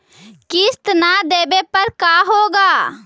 किस्त न देबे पर का होगा?